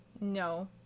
No